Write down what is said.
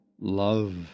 love